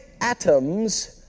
atoms